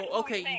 okay